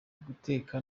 guteka